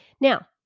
Now